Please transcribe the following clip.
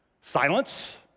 Silence